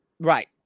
Right